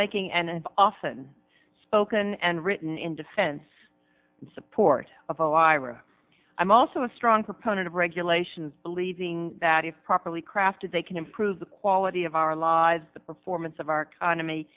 making and often spoken and written in defense support of all ira i'm also a strong proponent of regulations believing that if properly crafted they can improve the quality of our lives the performance of our economy